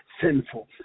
sinful